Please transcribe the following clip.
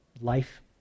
life